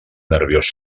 nerviós